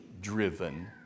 driven